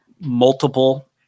multiple